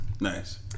Nice